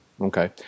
Okay